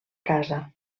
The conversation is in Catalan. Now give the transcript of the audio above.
casa